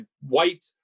white